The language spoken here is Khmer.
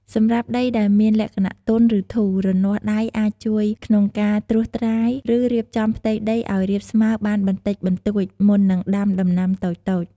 សម្រាប់ដីដែលមានលក្ខណៈទន់ ឬធូរ រនាស់ដៃអាចជួយក្នុងការត្រួសត្រាយ ឬរៀបចំផ្ទៃដីឱ្យរាបស្មើបានបន្តិចបន្តួច មុននឹងដាំដំណាំតូចៗ។